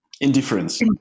Indifference